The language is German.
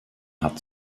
hat